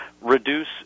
reduce